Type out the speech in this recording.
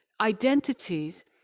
identities